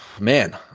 man